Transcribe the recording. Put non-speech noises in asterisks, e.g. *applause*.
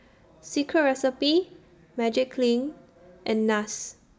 *noise* Secret Recipe Magiclean and Nars